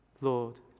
Lord